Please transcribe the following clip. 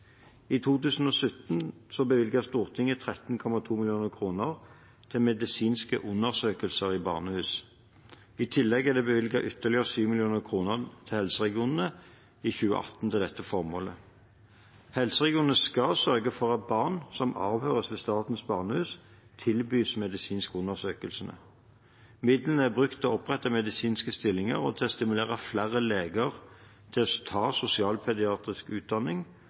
I 2017 bevilget Stortinget 13,2 mill. kr til medisinske undersøkelser i barnehus. I tillegg er det i 2018 bevilget ytterligere 7 mill. kr til helseregionene til dette formålet. Helseregionene skal sørge for at barn som avhøres ved Statens barnehus, tilbys medisinske undersøkelser. Midlene er brukt til å opprette medisinske stillinger og til å stimulere flere leger til å ta sosialpediatrisk utdanning